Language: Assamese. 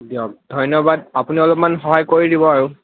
দিয়ক ধন্যবাদ আপুনি অলপমান সহায় কৰি দিব আৰু